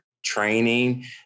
training